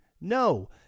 no